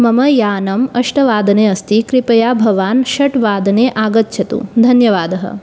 मम यानम् अष्टवादने अस्ति कृपया भवान् षट् वादने आगच्छतु धन्यवादः